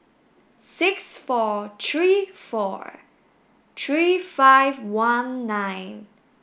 six four three four three five one nine